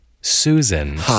Susan